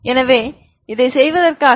எனவே இதைச் செய்வதற்காக